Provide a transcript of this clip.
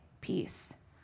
peace